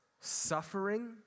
Suffering